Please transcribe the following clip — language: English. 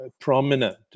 prominent